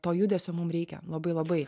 to judesio mum reikia labai labai